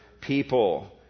people